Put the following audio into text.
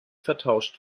vertauscht